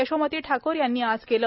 यशोमती ठाकूर यांनी आज केलं